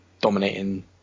dominating